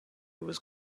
was